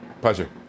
Pleasure